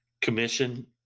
commission